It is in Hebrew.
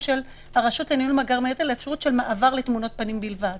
של הרשות לניהול מאגר ביומטרי לאפשרות של מאגר תמונות פנים בלבד.